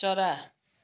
चरा